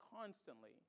constantly